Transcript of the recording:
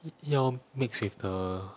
要 mix with the